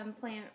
plant